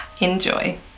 Enjoy